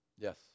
Yes